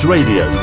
Radio